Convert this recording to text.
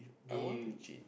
I want to cheat